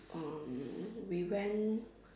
um we went